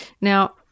Now